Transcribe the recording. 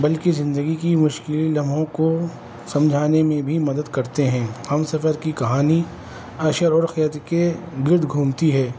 بلکہ زندگی کی مشکل لمحوں کو سمجھانے میں بھی مدد کرتے ہیں ہم سفر کی کہانی اشر و خضر کے گرد گھومتی ہے